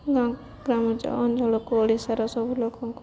ଗ୍ରାମାଞ୍ଚଳକୁ ଓଡ଼ିଶାର ସବୁ ଲୋକଙ୍କୁ